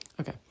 Okay